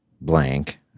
blank